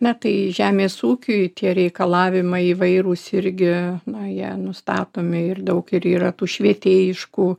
ne tai žemės ūkiui tie reikalavimai įvairūs irgi na jie nustatomi ir daug ir yra tų švietėjiškų